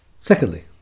Secondly